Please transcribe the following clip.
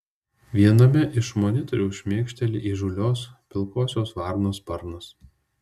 viename iš monitorių šmėkšteli įžūlios pilkosios varnos sparnas